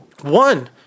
one